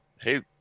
hey